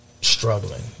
struggling